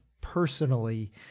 personally